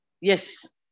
yes